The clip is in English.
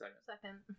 Second